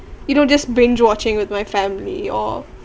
you know just bring watching with my family or